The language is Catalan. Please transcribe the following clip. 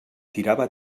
tirava